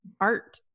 art